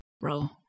Bro